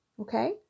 okay